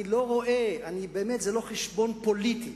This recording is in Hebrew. אני לא רואה, באמת זה לא חשבון פוליטי